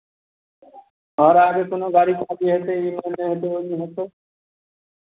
आओर आगे कोनो गाड़ी खाली हेतै एहिमे नहि हेतै ओहिमे हेतै